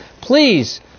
please